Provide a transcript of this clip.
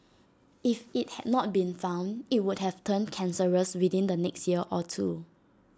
if IT had not been found IT would have turned cancerous within the next year or two